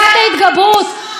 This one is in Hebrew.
באצבעות שלכם.